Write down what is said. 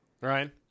Ryan